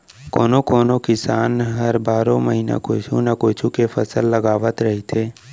कोनो कोनो किसान ह बारो महिना कुछू न कुछू के फसल लगावत रहिथे